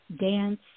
dance